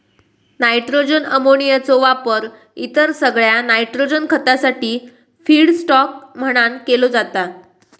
nitrogen अमोनियाचो वापर इतर सगळ्या नायट्रोजन खतासाठी फीडस्टॉक म्हणान केलो जाता